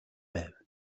байв